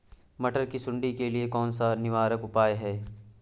मटर की सुंडी के लिए कौन सा निवारक उपाय है?